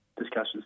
Discussions